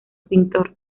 pintor